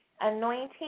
anointing